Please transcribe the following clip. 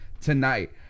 tonight